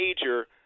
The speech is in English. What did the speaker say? Major